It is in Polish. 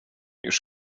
już